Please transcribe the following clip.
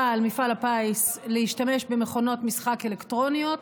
על מפעל הפיס להשתמש במכונות משחק אלקטרוניות,